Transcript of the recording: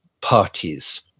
parties